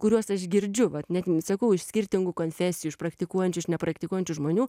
kuriuos aš girdžiu vat net sakau iš skirtingų konfesijų iš praktikuojančių iš nepraktikuojančių žmonių